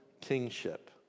kingship